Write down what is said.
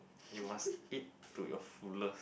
you must eat to your fullest